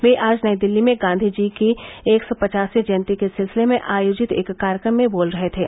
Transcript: वे आज नई दिल्ली में गांधीजी की एक सौ पचासवीं जयंती के सिलसिले में आयोजित एक कार्यक्रम में बोल रहे थे